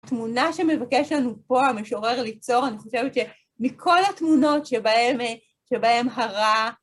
תמונה שמבקש לנו פה, המשורר ליצור, אני חושבת שמכל התמונות שבהן הרע